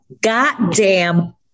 Goddamn